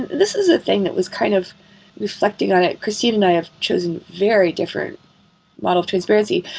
this is a thing that was kind of reflecting on it. christine and i have chosen very different model of transparency.